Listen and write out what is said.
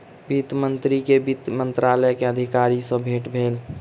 वित्त मंत्री के वित्त मंत्रालय के अधिकारी सॅ भेट भेल